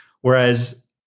whereas